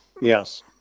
Yes